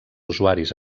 usuaris